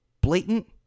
Blatant